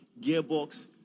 gearbox